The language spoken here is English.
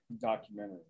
documentary